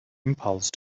impulse